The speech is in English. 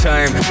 Time